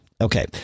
Okay